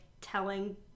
telling